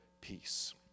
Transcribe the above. peace